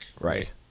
Right